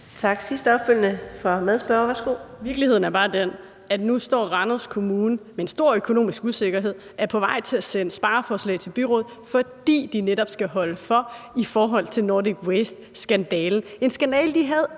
Kl. 14:14 Signe Munk (SF): Virkeligheden er bare den, at Randers Kommune nu står med en stor økonomisk usikkerhed, og at de er på vej til at sende spareforslag til byrådet, fordi de netop skal holde for i forhold til Nordic Wastes skandale, en skandale, de ingen